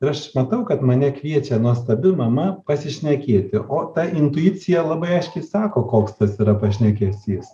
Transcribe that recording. ir aš matau kad mane kviečia nuostabi mama pasišnekėti o ta intuicija labai aiškiai sako koks tas yra pašnekesys